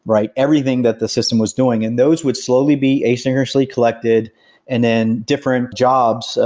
write everything that the system was doing and those would slowly be asynchronously collected and then different jobs,